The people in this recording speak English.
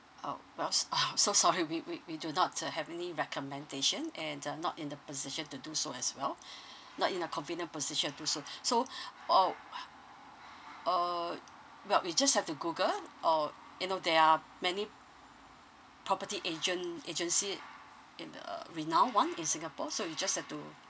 oh well s~ oh I'm so sorry we we we do not uh have any recommendation and uh not in the position to do so as well not in a convenient position do so uh uh but we just have to google or you know there are many property agent agency in the renowned one in singapore so you just have to